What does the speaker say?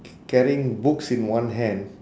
ca~ carrying books in one hand